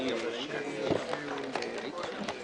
הישיבה ננעלה בשעה 11:00.